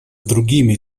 другими